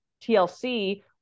TLC